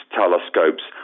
telescopes